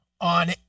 on